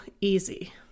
easy